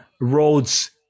roads